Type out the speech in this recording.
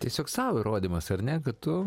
tiesiog sau įrodymas ar ne kad tu